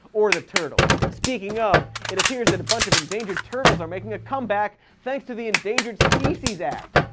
or the turtle. speaking of, it appears that a bunch of endangered turtles are making a comeback, thanks to the endangered species act.